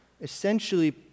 essentially